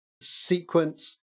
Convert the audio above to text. sequence